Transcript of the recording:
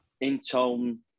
in-tone